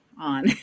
on